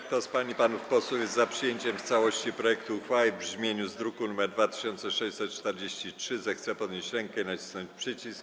Kto z pań i panów posłów jest za przyjęciem w całości projektu uchwały w brzmieniu z druku nr 2643, zechce podnieść rękę i nacisnąć przycisk.